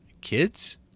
Kids